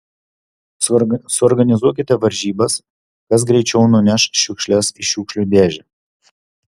suorganizuokite varžybas kas greičiau nuneš šiukšles į šiukšlių dėžę